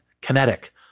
kinetic